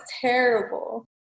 terrible